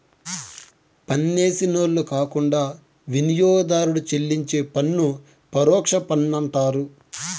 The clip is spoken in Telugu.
పన్నేసినోళ్లు కాకుండా వినియోగదారుడు చెల్లించే పన్ను పరోక్ష పన్నంటండారు